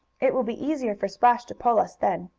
it will be easier for splash to pull us then.